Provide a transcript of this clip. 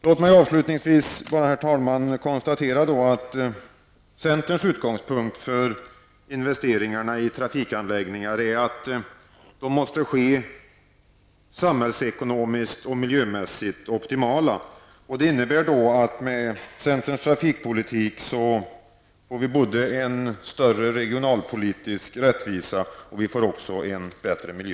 Jag vill avslutningsvis konstatera att centerns utgångspunkt för investeringar i trafikanläggningar är att dessa investeringar måste ske på ett samhällsekonomiskt och miljömässigt optimalt sätt. Med centerns trafikpolitik blir det en större regionalpolitisk rättvisa och en bättre miljö.